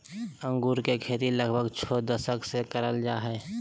अंगूर के खेती लगभग छो दशक से कइल जा हइ